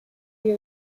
die